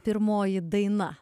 pirmoji daina